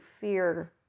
fear